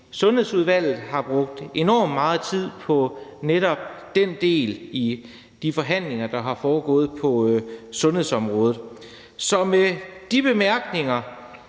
Sundhedsudvalget har brugt enormt meget tid på netop den del i de forhandlinger, der har foregået på sundhedsområdet. Så med de bemærkninger